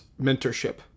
mentorship